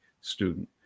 student